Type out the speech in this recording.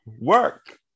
work